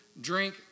drink